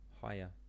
Higher